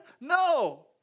No